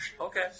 Okay